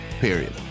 Period